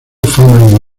fama